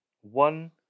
one